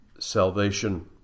salvation